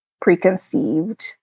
preconceived